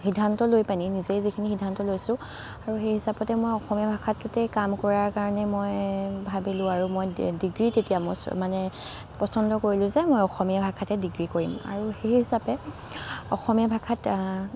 সিদ্ধান্ত লৈ পেনি নিজেই যিখিনি সিদ্ধান্ত লৈছোঁ আৰু সেই হিচাপতে মই অসমীয়া ভাষাটোতে কাম কৰাৰ কাৰণে মই ভাবিলোঁ আৰু মই ডিগ্ৰী তেতিয়া মই মানে পচন্দ কৰিলোঁ যে মই অসমীয়া ভাষাতে ডিগ্ৰী কৰিম আৰু সেই হিচাপে অসমীয়া ভাষাত